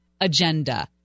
agenda